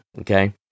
Okay